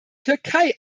türkei